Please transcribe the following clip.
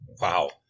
Wow